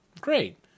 Great